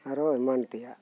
ᱟᱨᱦᱚᱸ ᱮᱢᱟᱱ ᱛᱮᱭᱟᱜ